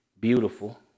beautiful